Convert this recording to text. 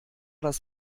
das